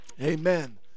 Amen